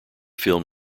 film